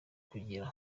kugira